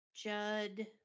Judd